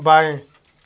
बाएं